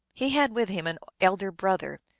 he had with him an elder brother,